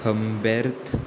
खंबेर्थ